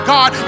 God